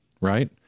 Right